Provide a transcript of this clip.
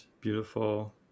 beautiful